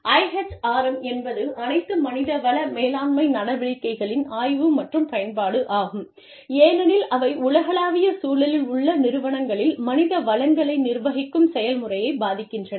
IHRM என்பது அனைத்து மனித வள மேலாண்மை நடவடிக்கைகளின் ஆய்வு மற்றும் பயன்பாடு ஆகும் ஏனெனில் அவை உலகளாவிய சூழலில் உள்ள நிறுவனங்களில் மனித வளங்களை நிர்வகிக்கும் செயல்முறையைப் பாதிக்கின்றன